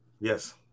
Yes